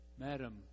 Madam